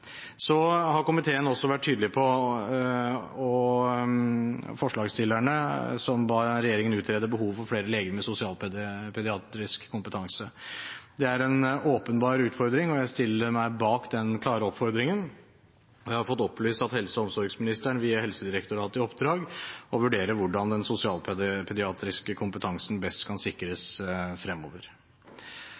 Så har komiteen – og forslagsstillerne – vært tydelige på å be «regjeringen utrede behovet for flere leger med sosialpediatrisk kompetanse». Det er en åpenbar utfordring, og jeg stiller meg bak den klare oppfordringen. Jeg har fått opplyst at helse- og omsorgsministeren vil gi Helsedirektoratet i oppdrag å vurdere hvordan den sosialpediatriske kompetansen best kan sikres fremover.